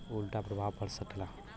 उल्टा प्रभाव पड़ सकेला